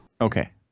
Okay